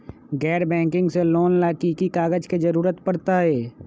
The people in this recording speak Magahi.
गैर बैंकिंग से लोन ला की की कागज के जरूरत पड़तै?